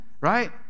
right